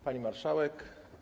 Pani Marszałek!